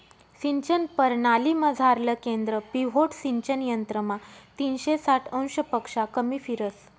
सिंचन परणालीमझारलं केंद्र पिव्होट सिंचन यंत्रमा तीनशे साठ अंशपक्शा कमी फिरस